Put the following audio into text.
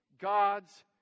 God's